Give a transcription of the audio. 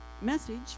message